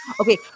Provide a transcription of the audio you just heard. okay